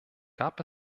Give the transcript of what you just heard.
gab